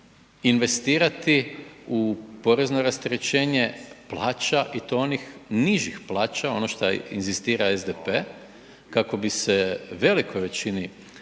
investirati u porezno rasterećenje plaća i to onih nižih plaća, ono šta inzistira SDP kako bi se velikoj većini